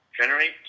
generate